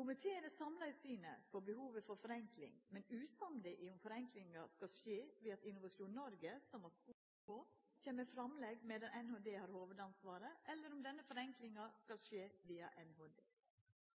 Komiteen er samla i synet på behovet for forenkling, men usamde i om forenklinga skal skje ved at Innovasjon Norge, som er dei som har skoen på, kjem med framlegg medan Nærings- og handelsdepartementet har hovudansvaret, eller om denne forenklinga skal skje via